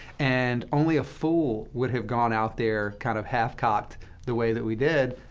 and only a fool would have gone out there kind of half-cocked the way that we did.